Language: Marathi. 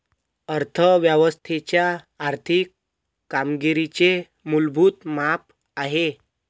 अर्थ व्यवस्थेच्या आर्थिक कामगिरीचे मूलभूत माप आहे